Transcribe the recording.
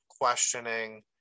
questioning